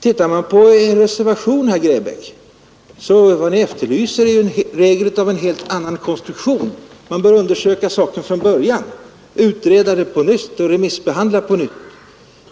Tittar man på reservationen 1 a, herr Grebäck, ser man ju att vad Ni efterlyser är en regel av helt annan konstruktion: vi bör undersöka saken från början, utreda den på nytt och remissbehandla på nytt.